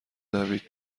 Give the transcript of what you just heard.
دوید